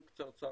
קצרצר.